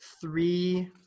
three